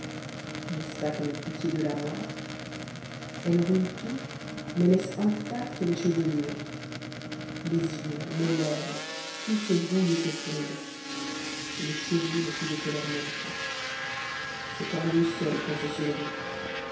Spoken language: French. n'est-ce pas comme une pitié de la mort elle ruine tout mais laisse intactes les chevelures les yeux les lèvres tout se brouille et s'effondre les cheveux ne se décolorent même pas c'est en eux seuls qu'on se survit